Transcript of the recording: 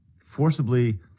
forcibly